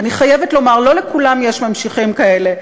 אני חייבת לומר, לא לכולם יש ממשיכים כאלה.